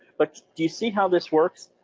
but do you see how this works?